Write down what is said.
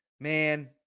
Man